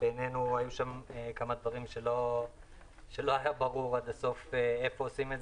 שבעינינו היו שם כמה דברים שלא היה ברור עד הסוף איך עושים,